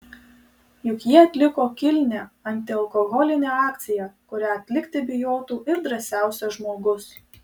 juk jie atliko kilnią antialkoholinę akciją kurią atlikti bijotų ir drąsiausias žmogus